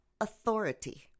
Authority